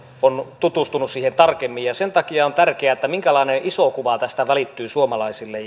on tutustunut siihen tarkemmin sen takia on tärkeää minkälainen iso kuva tästä välittyy suomalaisille